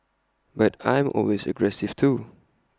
but I'm always aggressive too